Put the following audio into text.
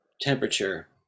temperature